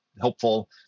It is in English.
helpful